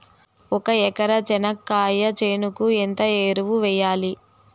ఒక ఎకరా చెనక్కాయ చేనుకు ఎంత ఎరువులు వెయ్యాలి?